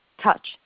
touch